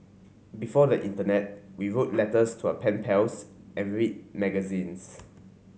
before the internet we wrote letters to our pen pals and read magazines